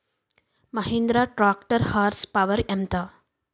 Mahindra tractor horsepower ఎంత?